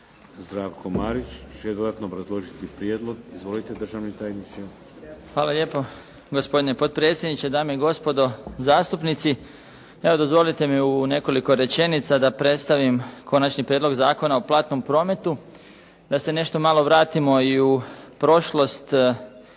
Zdravko Marić će dodatno obrazložiti prijedlog. Izvolite državni tajniče. **Marić, Zdravko** Hvala lijepo. Gospodine potpredsjedniče, dame i gospodo zastupnici. Evo dozvolite mi u nekoliko rečenica da predstavim Konačni prijedlog Zakona o platnom prometu. Da se nešto malo vratimo i u prošlost i da